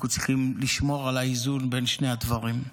אנחנו צריכים לשמור על האיזון בין שני הדברים.